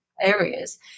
areas